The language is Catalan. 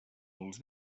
els